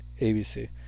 ABC